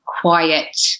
quiet